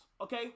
okay